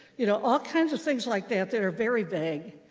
you know all kinds of things like that that are very vague,